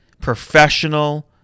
professional